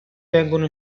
vengono